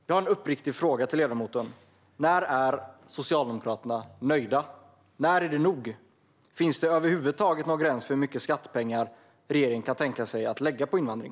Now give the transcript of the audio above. Jag frågar ledamoten uppriktigt: När är Socialdemokraterna nöjda? När är det nog? Finns det över huvud taget någon gräns för hur mycket skattepengar regeringen kan tänka sig att lägga på invandring?